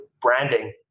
branding